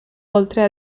oltre